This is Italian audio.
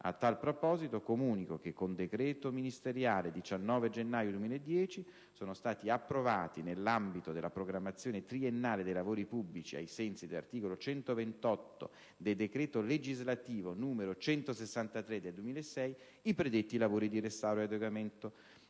A tal proposito, comunico che con decreto ministeriale 19 gennaio 2010 sono stati approvati, nell'ambito della programmazione triennale dei lavori pubblici, ai sensi dell'articolo 128 del decreto legislativo n. 163 del 2006, i predetti lavori di restauro e adeguamento